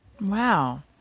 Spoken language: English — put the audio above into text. Wow